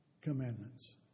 commandments